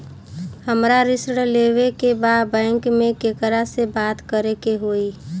हमरा ऋण लेवे के बा बैंक में केकरा से बात करे के होई?